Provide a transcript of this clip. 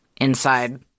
inside